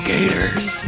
Gators